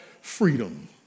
freedom